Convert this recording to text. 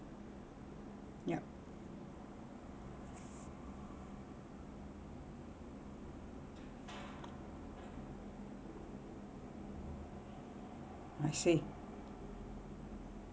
yup I see